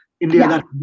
India